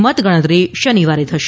મતગણતરી શનિવારે થશે